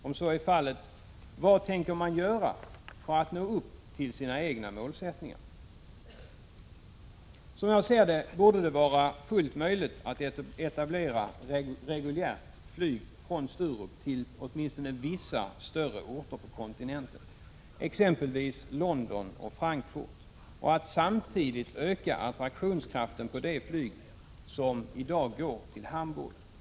Om så är fallet: Vad tänker man göra för att nå upp till sina egna målsättningar? Som jag ser det borde det vara fullt möjligt att etablera reguljärt flyg från Sturup till åtminstone vissa större orter på kontinenten, t.ex. London och Frankfurt, och att samtidigt öka attraktionskraften på det flyg som i dag går till Hamburg.